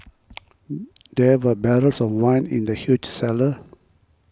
there were barrels of wine in the huge cellar